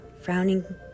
frowning